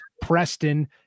Preston